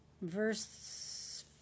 Verse